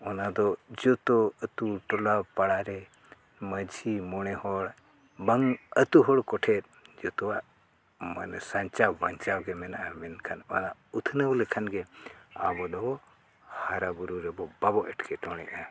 ᱚᱱᱟ ᱫᱚ ᱡᱚᱛᱚ ᱟᱛᱳ ᱴᱚᱞᱟ ᱯᱟᱲᱟᱨᱮ ᱢᱟᱺᱡᱷᱤ ᱢᱚᱬᱮ ᱦᱚᱲ ᱵᱟᱝ ᱟᱛᱳ ᱦᱚᱲ ᱠᱚᱴᱷᱮᱱ ᱡᱚᱛᱚᱣᱟᱜ ᱢᱟᱱᱮ ᱥᱟᱧᱪᱟᱣ ᱵᱟᱧᱪᱟᱣ ᱜᱮ ᱢᱮᱱᱟᱜᱼᱟ ᱢᱮᱱᱠᱷᱟᱱ ᱚᱱᱟ ᱩᱛᱱᱟᱹᱣ ᱞᱮᱠᱷᱟᱱ ᱜᱮ ᱟᱵᱚ ᱫᱚ ᱦᱟᱨᱟ ᱵᱩᱨᱩ ᱨᱮᱵᱚ ᱵᱟᱵᱚ ᱮᱸᱴᱠᱮᱴᱚᱬᱮᱜᱼᱟ